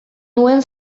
nuen